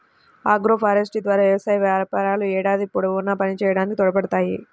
agroforestry ద్వారా వ్యవసాయ వ్యాపారాలు ఏడాది పొడవునా పనిచేయడానికి తోడ్పడతాయి